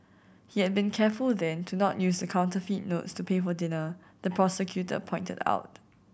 he had been careful then to not use the counterfeit notes to pay for dinner the prosecutor pointed out